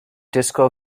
disco